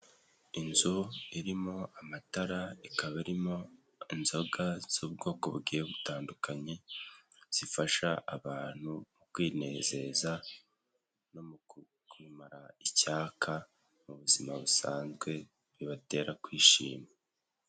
Inzu irimo amatara, ikaba irimo inzoga z'ubwoko bugiye butandukanye zifasha abantu kwinezeza no mu kwimara icyaka mu buzima busanzwe bibatera kwishima.